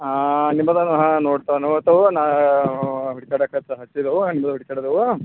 ಹಾಂ ನಿಮದವ ಹಾಂ ನೋಡ್ತವೆ ನೋಡ್ತವು ನಾ